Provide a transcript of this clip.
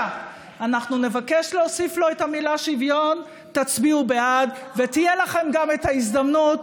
אל תקשה, אני יוזם החוק, תן לי גם, אני יוזם החוק.